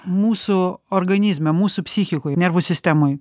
mūsų organizme mūsų psichikoj nervų sistemoj